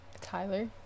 Tyler